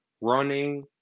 running